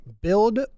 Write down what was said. Build